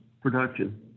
production